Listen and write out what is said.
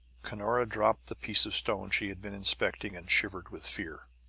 cunora dropped the piece of stone she had been inspecting and shivered with fear.